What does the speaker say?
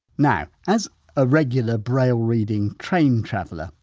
now, as a regular braille reading train traveller,